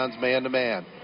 man-to-man